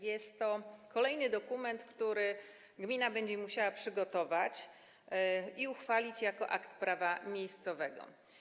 Jest to kolejny dokument, który gmina będzie musiała przygotować i uchwalić jako akt prawa miejscowego.